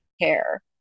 care